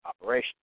operation